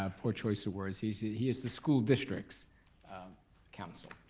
ah poor choice of words. he so he is the school district's counsel.